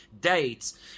dates